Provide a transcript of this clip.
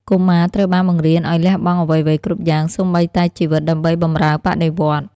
កុមារត្រូវបានបង្រៀនឱ្យលះបង់អ្វីៗគ្រប់យ៉ាង សូម្បីតែជីវិត ដើម្បីបម្រើបដិវត្តន៍។